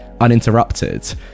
Uninterrupted